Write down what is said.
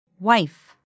Wife